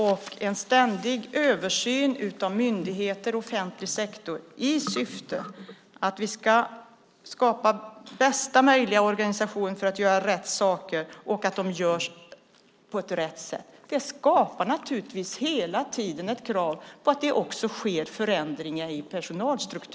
Det pågår en ständig översyn av myndigheter och offentlig sektor i syfte att skapa bästa möjliga organisation för att göra rätt saker på rätt sätt. Det innebär att det hela tiden ställs krav på att också personalstrukturerna förändras.